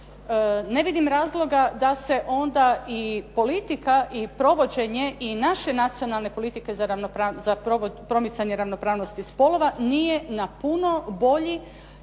ne vidim razloga da se onda i politika i provođenje i naše Nacionalne politike za promicanje ravnopravnosti spolova nije na puno bolji